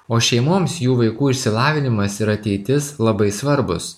o šeimoms jų vaikų išsilavinimas ir ateitis labai svarbūs